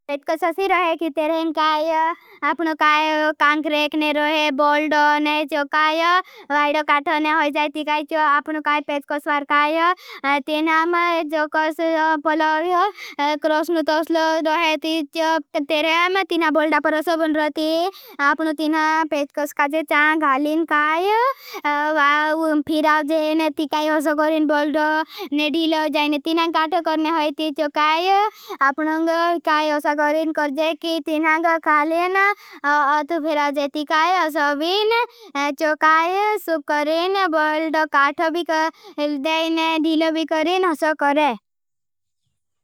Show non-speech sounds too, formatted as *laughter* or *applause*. पेजकोस से रहे की तेरें काई आपनो काई कांख रेखने रहे। बॉल्ड़ो ने जो काई वाईड़ो काठोने होई जायती। काई जो आपनो काई पेजकोस स्वागत काई। तेरें अम जो कोस पलग क्रोषनु तोसलो रहेती। *hesitation* जो तेरें अम तीना बॉल्ड़ो परसो बन रहती। आप पुणंग काई ऐसा करें। करे की तिना गाो खा लेना अथू *hesitation* फेलाजेती काई ओसा वीन चो काई ओसा करें बॉल्ड़ो काठो भी कर धे। हिने धीलो भी करें ओसा करें।